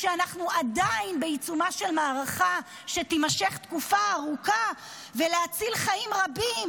כשאנחנו עדיין בעיצומה של מערכה שתימשך תקופה ארוכה ולהציל חיים רבים,